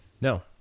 No